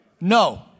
No